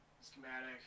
schematic